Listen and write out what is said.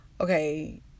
okay